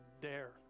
dare